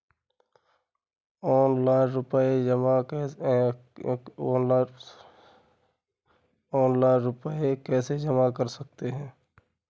Offline रुपये कैसे जमा कर सकते हैं?